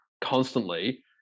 constantly